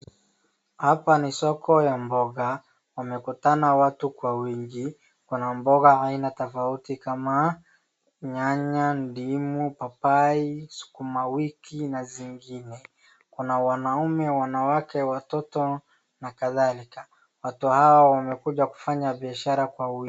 Hapa ni soko ya mboga, wamekutana watu kwa wingi, wana mboga aina tofauti kama nyanya, ndimu, papai, sukuma wiki na zingine. Kuna wanaume, wanawake, watoto na kadhalika. Watu hawa wamekuja kufanya biashara kwa wingi.